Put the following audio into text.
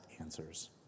answers